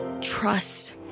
trust